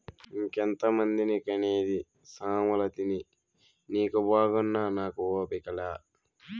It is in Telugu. ఇంకెంతమందిని కనేది సామలతిని నీకు బాగున్నా నాకు ఓపిక లా